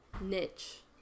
niche